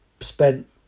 spent